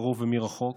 מקרוב ומרחוק.